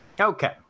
Okay